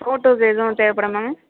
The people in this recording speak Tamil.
ஃபோட்டோஸ் எதுவும் தேவைப்படுமா மேம்